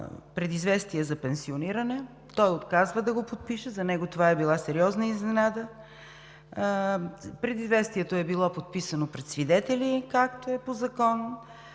предизвестие за пенсиониране. Той отказва да го подпише, за него това е била сериозна изненада. Предизвестието е било подписано пред свидетели, както е по закон.